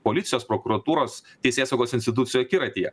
policijos prokuratūros teisėsaugos institucijų akiratyje